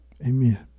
Amen